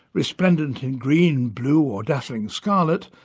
resplendent in green, blue or dazzling scarlet,